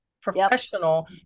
professional